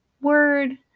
word